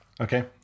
Okay